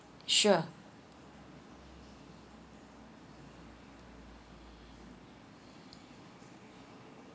sure